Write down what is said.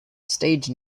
stage